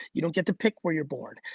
you don't get to pick where you're born.